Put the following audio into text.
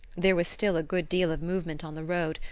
there was still a good deal of movement on the road,